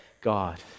God